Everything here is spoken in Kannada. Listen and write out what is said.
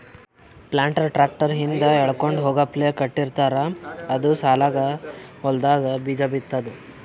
ಪ್ಲಾಂಟರ್ ಟ್ರ್ಯಾಕ್ಟರ್ ಹಿಂದ್ ಎಳ್ಕೊಂಡ್ ಹೋಗಪ್ಲೆ ಕಟ್ಟಿರ್ತಾರ್ ಅದು ಸಾಲಾಗ್ ಹೊಲ್ದಾಗ್ ಬೀಜಾ ಬಿತ್ತದ್